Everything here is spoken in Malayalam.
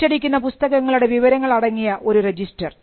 അച്ചടിക്കുന്ന പുസ്തകങ്ങളുടെ വിവരങ്ങൾ അടങ്ങിയ ഒരു രജിസ്റ്റർ